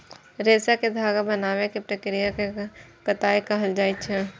रेशा कें धागा बनाबै के प्रक्रिया कें कताइ कहल जाइ छै